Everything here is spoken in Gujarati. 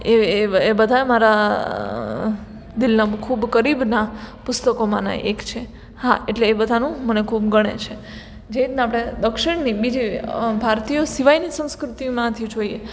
એ એ એ બધા મારા દિલના ખૂબ કરીબના પુસ્તકોમાંના એક છે હા એટલે એ બધાનું મને ખૂબ ગણે છે જે રીતના આપણે દક્ષિણની બીજે ભારતીયો સિવાયની સંસ્કૃતિમાંથી જોઈએ